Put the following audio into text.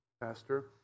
pastor